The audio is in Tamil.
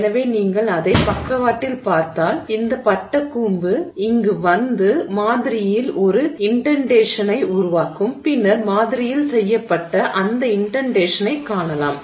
எனவே நீங்கள் அதை பக்கவாட்டில் பார்த்தால் இந்த பட்டைக்கூம்பு இங்கு வந்து ஸ்லைடு நேரம் 4020 மாதிரியில் ஒரு இன்டென்டேஷனை உருவாக்கும் பின்னர் மாதிரியில் செய்யப்பட்ட அந்த இன்டென்டேஷனைக் காணலாம்